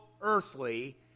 earthly